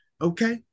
okay